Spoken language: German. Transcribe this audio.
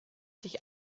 sich